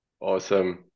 Awesome